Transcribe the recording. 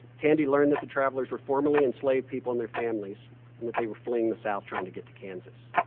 tandy learned that the travelers were formerly enslaved people and their families and that they were fleeing the south, trying to get to kansas.